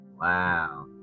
Wow